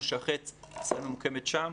ישראל ממוקמת שם,